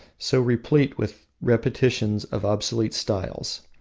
so replete with repetitions of obsolete styles.